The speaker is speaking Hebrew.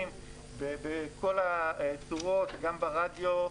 המגזרים בכל הצורות גם ברדיו,